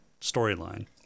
storyline